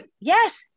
Yes